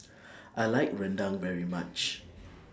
I like Rendang very much